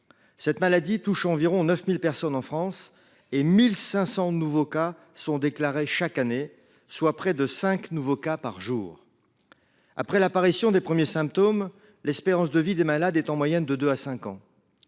Cette maladie touche environ 9 000 personnes en France et 1 500 nouveaux cas sont déclarés chaque année, soit près de 5 nouveaux cas par jour. Après l’apparition des premiers symptômes, l’espérance de vie des malades est en moyenne de deux à cinq ans.